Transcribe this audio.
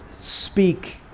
speak